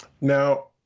now